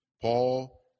Paul